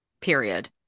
period